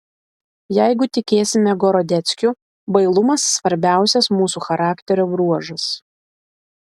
jeigu tikėsime gorodeckiu bailumas svarbiausias mūsų charakterio bruožas